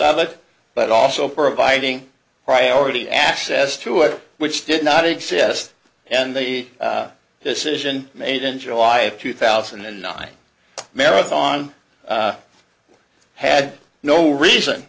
of it but also providing priority access to it which did not exist and the decision made in july of two thousand and nine marathon had no reason